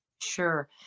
Sure